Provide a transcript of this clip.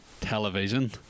television